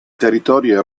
territorio